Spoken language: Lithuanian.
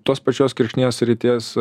tos pačios kirkšnies srities